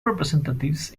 representatives